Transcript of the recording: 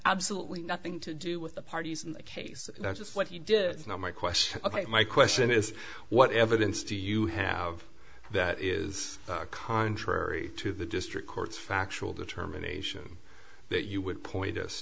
absolutely nothing to do with the parties in the case that's what he did not my question my question is what evidence do you have that is contrary to the district court's factual determination that you would point us